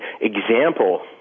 example